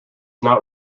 not